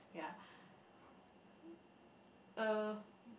ya uh